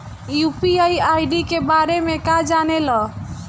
UPI ID के बारे में का जाने ल?